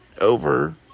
over